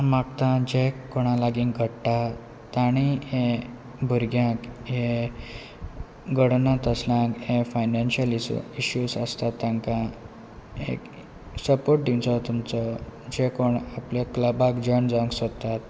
आनी मागतां जे कोणा लागीं घडटा ताणी हे भुरग्यांक हे घडना असल्या हे फायनान्शियली इशूज आसता तांकां एक सपोर्ट दिवचो तुमचो जे कोण आपल्या क्लबाक जॉयन जावंक सोदतात